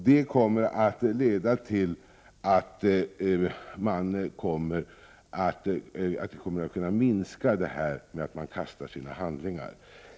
Det kommer att leda till en minskning av det här förfarandet att man kastar sina handlingar.